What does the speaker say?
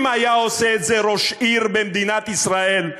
אם היה עושה את זה ראש עיר במדינת ישראל,